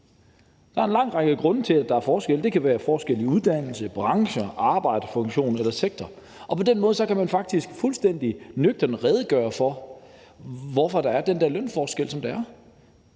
Der er en lang række grunde til, at der er forskelle. Det kan være forskelle i uddannelse, branche, arbejdsfunktion eller sektor, og på den måde kan man faktisk fuldstændig nøgternt redegøre for, hvorfor der er den lønforskel, som der er.